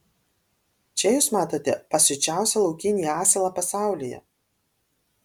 čia jūs matote pasiučiausią laukinį asilą pasaulyje